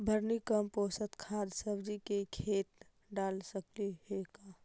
Vermi compost खाद सब्जी के खेत दाल सकली हे का?